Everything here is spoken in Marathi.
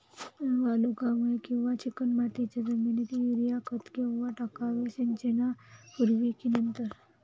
वालुकामय किंवा चिकणमातीच्या जमिनीत युरिया खत केव्हा टाकावे, सिंचनापूर्वी की नंतर?